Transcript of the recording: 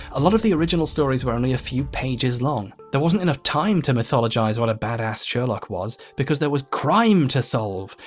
a lot of the original stories were only a few pages long, there wasn't enough time to mythologise what a badass sherlock was, because there was crime to solve.